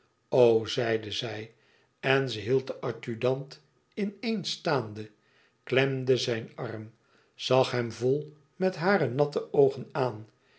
zeide zij en ze hield den adjudant in eens staande klemde zijn arm zag hem vol met hare natte oogen aan